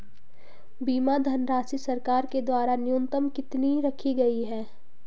बीमा धनराशि सरकार के द्वारा न्यूनतम कितनी रखी गई है?